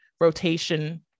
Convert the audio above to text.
rotation